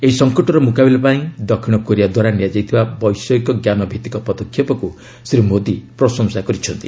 ଏହି ସଂକଟର ମୁକାବିଲା ପାଇଁ ଦକ୍ଷିଣ କୋରିଆ ଦ୍ୱାରା ନିଆଯାଇଥିବା ବୈଷୟିକଜ୍ଞାନ ଭିତ୍ତିକ ପଦକ୍ଷେପକୁ ଶ୍ରୀ ମୋଦୀ ପ୍ରଶଂସା କରିଛନ୍ତି